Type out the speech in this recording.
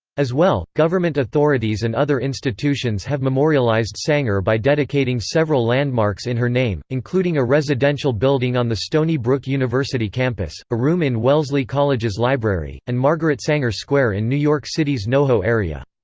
as well, government authorities and other institutions have memorialized sanger by dedicating several landmarks in her name, including a residential building on the stony brook university campus, a room in wellesley college's library, and margaret sanger square in new york city's noho area.